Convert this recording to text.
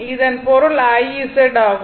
இதன் பொருள் I Z ஆகும்